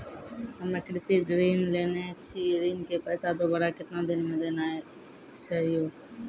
हम्मे कृषि ऋण लेने छी ऋण के पैसा दोबारा कितना दिन मे देना छै यो?